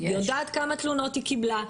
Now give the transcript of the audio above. היא יודעת כמה תלונות היא קיבלה,